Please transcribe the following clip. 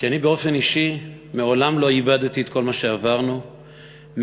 כי אני באופן אישי מעולם לא עיבדתי את כל מה שעברנו מאז.